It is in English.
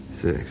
Six